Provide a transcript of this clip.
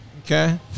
Okay